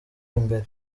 imbere